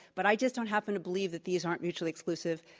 but i just don't happen to believe that these aren't mutually exclusive.